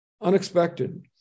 unexpected